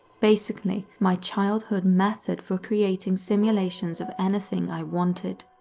basically my childhood method for creating simulations of anything i wanted.